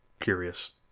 curious